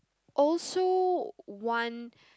also want